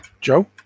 Joe